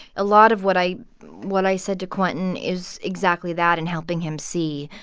a lot of what i what i said to quentin is exactly that and helping him see.